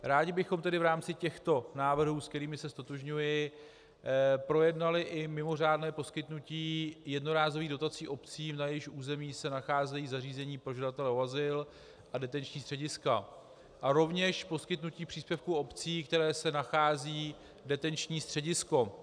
Rádi bychom tedy v rámci těchto návrhů, se kterými se ztotožňuji, projednali i mimořádné poskytnutí jednorázových dotací obcím, na jejichž území se nacházejí zařízení pro žadatele o azyl a detenční střediska, a rovněž poskytnutí příspěvku obcím, ve kterých se nachází detenční středisko.